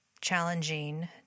challenging